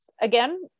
again